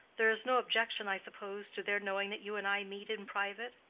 there is no objection, i suppose, to their knowing that you and i meet in private?